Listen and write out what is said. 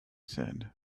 said